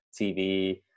tv